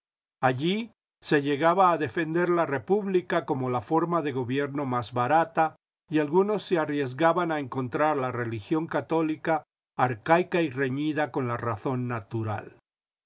allí se llegaba a defender la república como la forma de gobierno más barata y algunos se arriesgaban a encontrar la religión católica arcaica y reñida con la razón natural